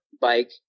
bike